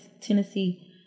Tennessee